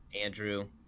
Andrew